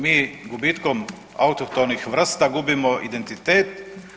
Mi gubitkom autohtonih vrsta, gubimo identitet.